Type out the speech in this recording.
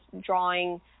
drawing